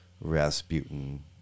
Rasputin